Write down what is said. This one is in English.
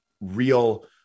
real